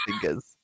fingers